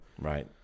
Right